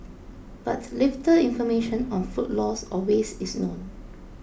but little information on food loss or waste is known